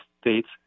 States